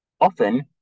often